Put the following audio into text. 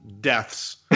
deaths